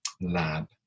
lab